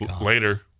later